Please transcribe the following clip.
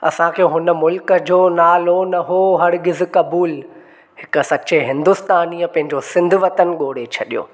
असांखे हुन मुल्क जो नालो न हुओ हरगिज़ क़बूलु हिकु सचे हिन्दुस्तानीअ पंहिंजो सिंध वतन गोड़े छॾियो